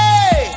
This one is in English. Hey